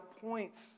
points